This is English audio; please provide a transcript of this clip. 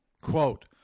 quote